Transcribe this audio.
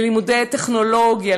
ללימודי טכנולוגיה,